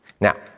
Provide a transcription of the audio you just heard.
Now